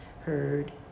heard